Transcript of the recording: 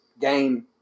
game